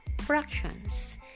fractions